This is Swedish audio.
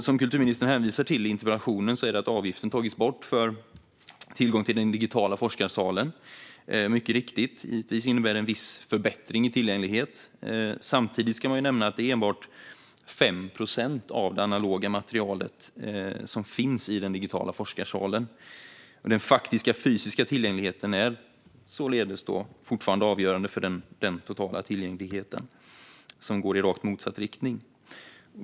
Som kulturministern hänvisar till i interpellationssvaret har avgiften mycket riktigt tagits bort för tillgång till den digitala forskarsalen. Givetvis innebär det en viss förbättring i tillgänglighet. Samtidigt ska man nämna att det enbart är 5 procent av det analoga materialet som finns i den digitala forskarsalen. Den faktiska fysiska tillgängligheten är således fortfarande avgörande för den totala tillgängligheten, som går i rakt motsatt riktning.